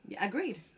Agreed